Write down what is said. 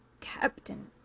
Captain